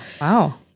Wow